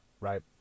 Right